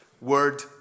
word